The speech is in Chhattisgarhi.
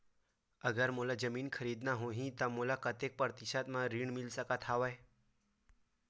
अगर मोला जमीन खरीदना होही त मोला कतेक प्रतिशत म ऋण मिल सकत हवय?